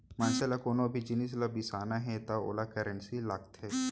मनसे ल कोनो भी जिनिस ल बिसाना हे त ओला करेंसी लागथे